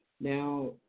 Now